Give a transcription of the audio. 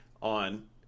on